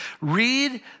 Read